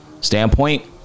standpoint